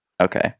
Okay